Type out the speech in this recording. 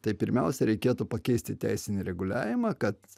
tai pirmiausia reikėtų pakeisti teisinį reguliavimą kad